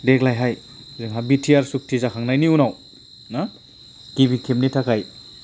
देग्लायहाय जोंहा B T R सुक्ति जाखांनायनि उनाव ना गिबि खेबनि थाखाय